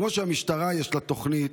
כמו שלמשטרה יש תוכנית,